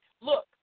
Look